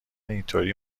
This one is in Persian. اینجوری